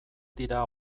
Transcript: dira